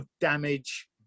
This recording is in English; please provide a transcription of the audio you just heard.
damage